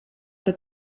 that